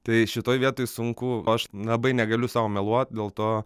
tai šitoj vietoj sunku aš labai negaliu sau meluoti dėl to